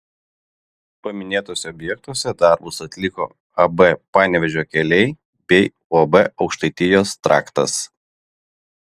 paminėtuose objektuose darbus atliko ab panevėžio keliai bei uab aukštaitijos traktas